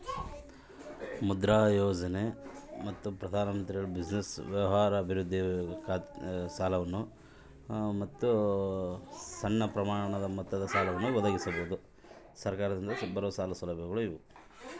ಬೇದಿ ಬದಿ ವ್ಯಾಪಾರಗಳಿಗೆ ಸರಕಾರದಿಂದ ಬರುವ ಸಾಲ ಸೌಲಭ್ಯಗಳು ಯಾವುವು?